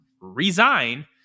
resign